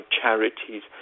charities